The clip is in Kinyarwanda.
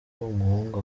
umuhungu